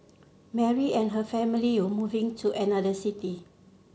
Mary and her family were moving to another city